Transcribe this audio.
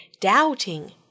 doubting